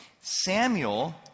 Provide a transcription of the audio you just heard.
Samuel